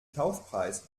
kaufpreis